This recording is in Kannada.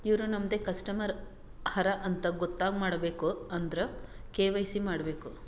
ಇವ್ರು ನಮ್ದೆ ಕಸ್ಟಮರ್ ಹರಾ ಅಂತ್ ಗೊತ್ತ ಮಾಡ್ಕೋಬೇಕ್ ಅಂದುರ್ ಕೆ.ವೈ.ಸಿ ಮಾಡ್ಕೋಬೇಕ್